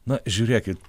na žiūrėkit